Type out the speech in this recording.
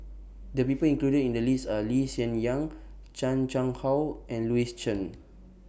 The People included in The list Are Lee Hsien Yang Chan Chang How and Louis Chen